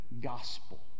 gospel